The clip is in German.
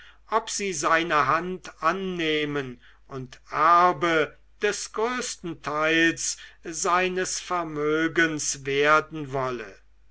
ob sie seine hand annehmen und erbe des größten teils seines vermögens werden wolle